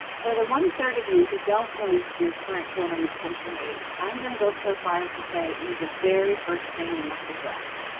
for the one third of you who don't know your current donor retention rate, i'm gonna go so far as to say it is the very first thing you must address.